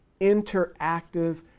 interactive